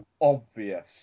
obvious